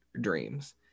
dreams